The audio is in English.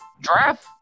draft